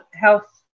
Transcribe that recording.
health